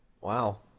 Wow